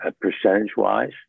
percentage-wise